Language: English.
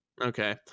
Okay